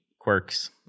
quirks